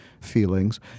feelings